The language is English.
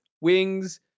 wings